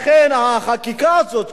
לכן החקיקה הזאת,